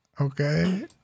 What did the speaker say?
Okay